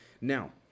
Now